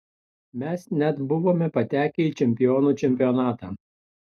mes net buvome patekę į čempionų čempionatą